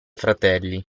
fratelli